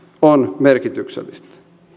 on merkityksellinen